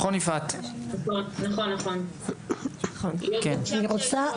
מהם התיקונים שהמשרד היה רוצה כן לעשות.